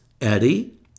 Eddie